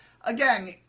again